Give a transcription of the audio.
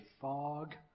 fog